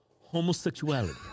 homosexuality